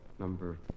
Number